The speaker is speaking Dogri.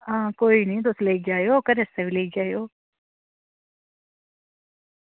हां कोई निं तुस लेई जाएओ घरै आस्तै बी लेई जाएओ